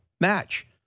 match